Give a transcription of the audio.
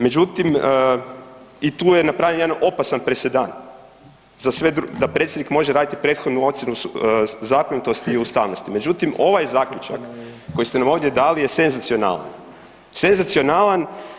Međutim, tu je napravljen jedan opasan presedan, da predsjednik može raditi prethodnu ocjenu zakonitosti i ustavnosti, međutim ovaj zaključak koji ste nam ovdje dali je senzacionalan, senzacionalan.